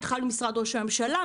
התחלנו במשרד ראש הממשלה,